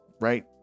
Right